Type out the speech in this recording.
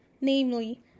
namely